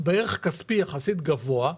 בערך כספי יחסית גבוה,